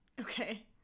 Okay